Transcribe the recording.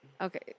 Okay